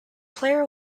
player